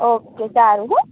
okay સારું હો